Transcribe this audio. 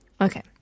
Okay